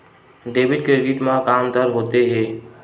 Debit credit मा का अंतर होत हे?